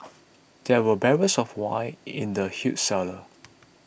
there were barrels of wine in the huge cellar